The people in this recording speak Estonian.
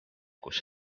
kus